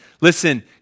listen